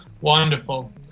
Wonderful